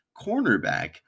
cornerback